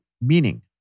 meaning